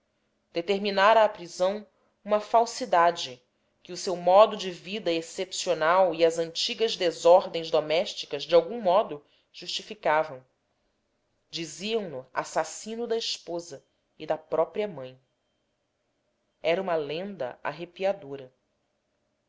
determinara a prisão uma falsidade que o seu modo de vida excepcional e as antigas desordens domésticas de algum modo justificavam diziam no assassino da esposa e da própria mãe era uma lenda arrepiadora